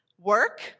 Work